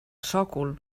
sòcol